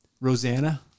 Rosanna